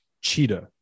Cheetah